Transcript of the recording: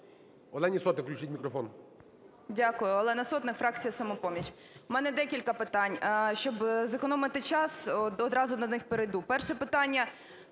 Олені Сотник включіть мікрофон.